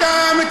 מה אתה מתעצבן?